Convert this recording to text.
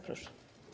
Proszę.